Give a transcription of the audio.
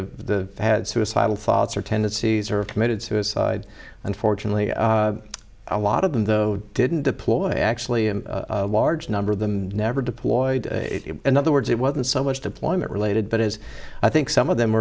t the had suicidal thoughts or tendencies or committed suicide unfortunately a lot of them though didn't deploy actually a large number of them never deployed in other words it wasn't so much deployment related but as i think some of them